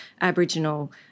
Aboriginal